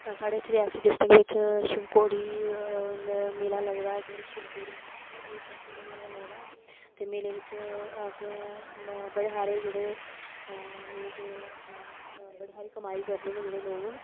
साढ़े इत्थें रियासी डिस्टिक बिच्च शिव खोड़ी मेला लगदा ऐ इक बारी शिव खोड़ी आंदी शिव खोड़ी मेला लगदा ऐ ते मेलै बिच्च असें बड़े सारे जेह्ड़े लोक अपना बड़ी सारी कमाई करदे न जेह्ड़े लोक न